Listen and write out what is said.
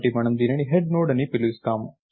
కాబట్టి మనము దీనిని హెడ్ నోడ్ అని పిలుస్తాము